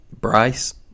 Bryce